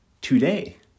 Today